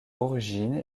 origine